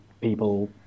people